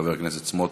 חבר הכנסת סמוטריץ.